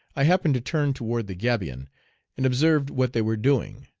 i happened to turn toward the gabion and observed what they were doing.